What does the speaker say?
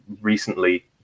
recently